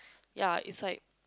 ya it's like